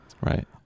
Right